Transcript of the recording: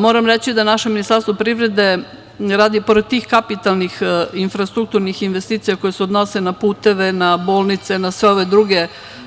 Moram reći da naše Ministarstvo privrede radi, pored tih kapitalnih infrastrukturnih investicija, koje se odnose na puteve, na bolnice, na sve ove druge